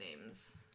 names